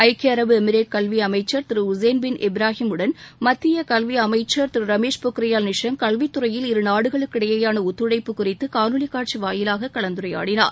ஐக்கிய அரபு எமிரேட் கல்வியமைச்சா திரு உசேன் பின் இப்ராஹிம் உடன் மத்திய கல்வியமைச்சர் திரு ரமேஷ் பொக்ரியால் நிஷாங் கல்வித்துறையில் இரு நாடுகளுக்கிடையிலான ஒத்துழைப்பு குறித்து காணொலி காட்சி வாயிலாக கலந்துரையாடினார்